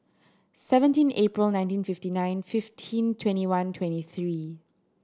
seventeen April nineteen fifty nine fifteen twenty one twenty three